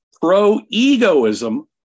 pro-egoism